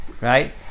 Right